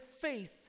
faith